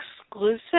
exclusive